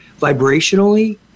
vibrationally